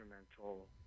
instrumental